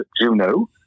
Juno